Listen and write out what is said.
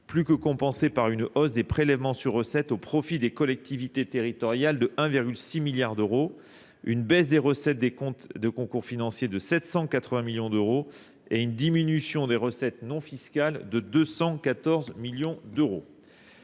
plus que compensée par une hausse des prélèvements sur recettes au profit des collectivités territoriales de 1,6 milliard d'euros, une baisse des recettes des comptes de concours financiers de 780 millions d'euros et une diminution des recettes non fiscales de 214 millions d'euros.